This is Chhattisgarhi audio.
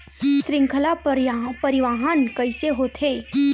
श्रृंखला परिवाहन कइसे होथे?